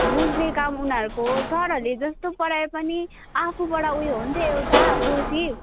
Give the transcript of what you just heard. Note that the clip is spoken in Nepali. बुझ्ने काम उनीहरूको हो सरहरूले जस्तो पढाए पनि आफूबाट उयो हो नि त एउटा कोसिस